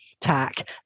tack